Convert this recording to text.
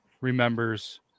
remembers